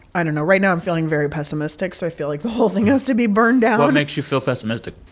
i don't know. right now, i'm feeling very pessimistic, so i feel like the whole thing has to be burned down what makes you feel pessimistic?